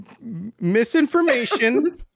misinformation